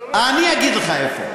אני אגיד לך איפה.